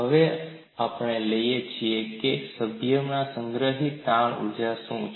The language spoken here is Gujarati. હવે આપણે લઈએ છીએ કે સભ્યમાં સંગ્રહિત તાણ ઊર્જા શું છે